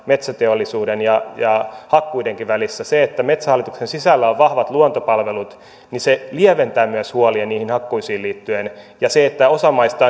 metsäteollisuuden ja ja hakkuidenkin välissä se että metsähallituksen sisällä on vahva luontopalvelut lieventää myös huolia niihin hakkuisiin liittyen ja se että osa maista